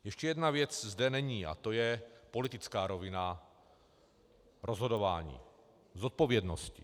Ještě jedna věc zde není a to je politická rovina rozhodování, zodpovědnosti.